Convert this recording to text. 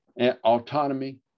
autonomy